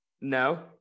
No